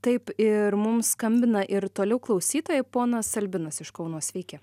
taip ir mums skambina ir toliau klausytojai ponas albinas iš kauno sveiki